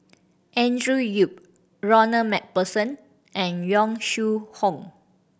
Andrew Yip Ronald Macpherson and Yong Shu Hoong